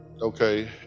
Okay